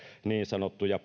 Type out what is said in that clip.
niin sanottuja